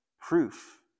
proof